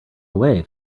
away